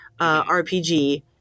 RPG